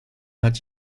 hat